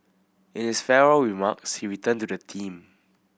in his farewell remarks he returned to the theme